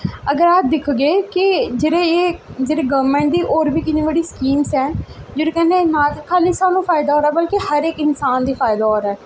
अगर अस दिखगे कि जेह्ड़े एह् जेह्ड़ी गौरमैंट दी होर बी किन्नी बड़ी स्कीम्स ऐं जेह्ड़े कोला दा ना ते साह्नू फायदा ऐ ओह्दा बल्कि हर इक इंसान गी फायदा ऐ ओह्दा